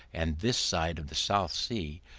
and this side of the south sea,